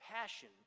passion